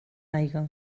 aigua